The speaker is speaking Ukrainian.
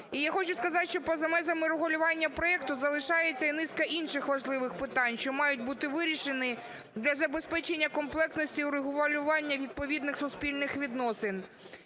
І я хочу сказати, що поза межами регулювання проекту залишається і низка інших важливих питань, що мають бути вирішені для забезпечення комплектності у регулюванні відповідних суспільних відносин.